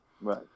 Right